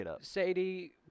Sadie